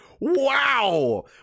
Wow